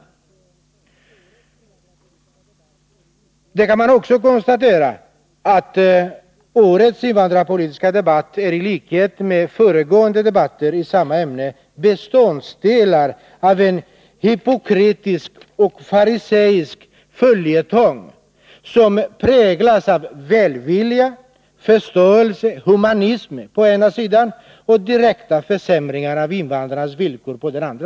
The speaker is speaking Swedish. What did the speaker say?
Årets invandrarpolitiska debatt är i likhet med föregående debatter i samma ämne beståndsdelar i en hypokritisk och fariseisk följetong som präglas av välvilja, förståelse och humanism å ena sidan och direkta försämringar av invandrarnas villkor å den andra.